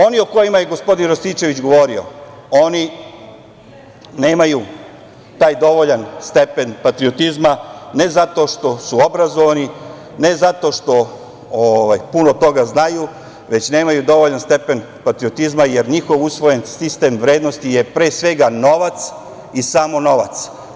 Oni o kojima je gospodin Rističević, oni nemaju taj dovoljan stepen patriotizma, ne zato što su obrazovani, ne zato što puno toga znaju, već nemaju dovoljan stepen patriotizma jer njihov usvojen sistem vrednosti je pre svega novac i samo novac.